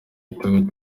igitego